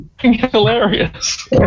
hilarious